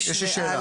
יש לי שאלה.